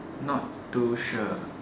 not too sure